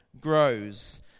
grows